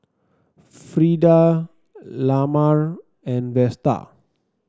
Frida Lamar and Vester